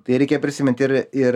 tai reikia prisimint ir ir